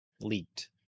leaked